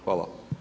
Hvala.